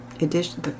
edition